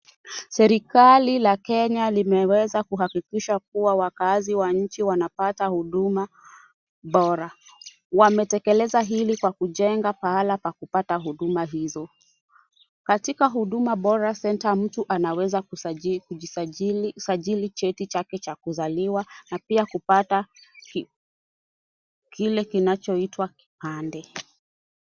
Serikali ya kenya limeweza kuhakikisha kuwa wakaazi wa nchi wanapata huduma bora. Wametekeleza hili kwa kujenga pahala pa kupata huduma hizo. Katika huduma bora center mtu anaweza kusajili cheti chake cha kuzaliwa na pia kupata kile kinachoitwa kipande.